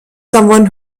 someone